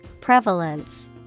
Prevalence